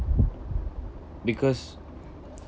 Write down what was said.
because